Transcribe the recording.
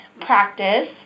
practice